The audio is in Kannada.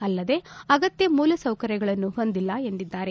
ಅಲ್ಲದೇ ಅಗತ್ಯ ಮೂಲ ಸೌಕರ್ಯಗಳನ್ನು ಹೊಂದಿಲ್ಲ ಎಂದಿದ್ದಾರೆ